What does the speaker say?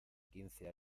quince